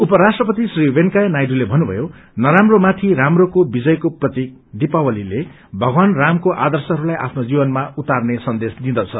उपराष्ट्रिपति श्री वेकैया नायडूले भन्नुभयो नराम्रो माथि राम्रोको विजयको प्रतिक दीपावतीले भगवान रामको आर्दशहरूलाई आफ्नो जीवनमा उतारने सन्देश दिदँछ